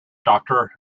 doctor